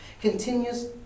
continues